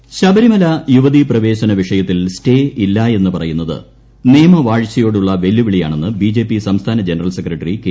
സുരേന്ദ്രൻ ശബരിമല യുവതീ പ്രവേശന വിഷയത്തിൽ സ്റ്റേ ഇല്ലായെന്ന് പറയുന്നത് നിയമവാഴ്ചയോടുള്ള വെല്ലുവിളിയാണെന്ന് ബിജെപി സംസ്ഥാന ജനറൽ സെക്രട്ടറി കെ